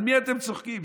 על מי אתם צוחקים?